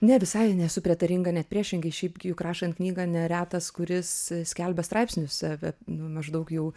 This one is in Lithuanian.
ne visai nesu prietaringa net priešingai šiaip juk rašant knygą ne retas kuris skelbia straipsnius vet nu maždaug jau